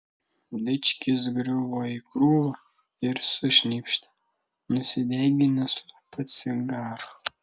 dičkis griuvo į krūvą ir sušnypštė nusideginęs lūpą cigaru